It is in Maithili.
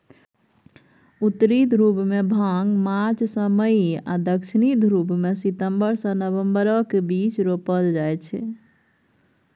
उत्तरी ध्रुबमे भांग मार्च सँ मई आ दक्षिणी ध्रुबमे सितंबर सँ नबंबरक बीच रोपल जाइ छै